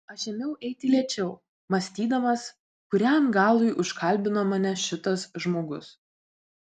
aš ėmiau eiti lėčiau mąstydamas kuriam galui užkalbino mane šitas žmogus